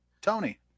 Tony